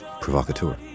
provocateur